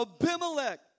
Abimelech